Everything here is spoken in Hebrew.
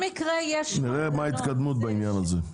נראה מה ההתקדמות בעניין הזה.